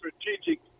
strategic